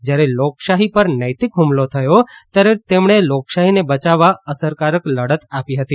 જયારે લોકશાહી પર નૈતિક હુમલો થયો ત્યારે તેમણે લોકશાહીને બચાવવા અસરકારક લડત આપી હતી